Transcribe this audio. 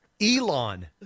elon